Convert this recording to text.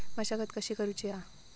मशागत कशी करूची हा?